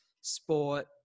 sport